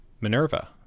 Minerva